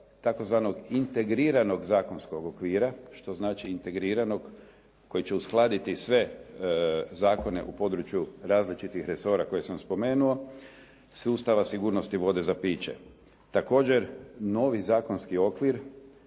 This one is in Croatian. tzv. integriranog zakonskog okvira. Što znači integriranog? Koji će uskladiti sve zakone u području različitih resora koje sam spomenu sustava sigurnosti vode za piće. Također, novi zakonski okvir